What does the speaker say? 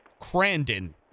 Crandon